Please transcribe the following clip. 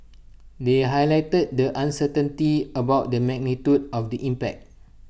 they highlighted the uncertainty about the magnitude of the impact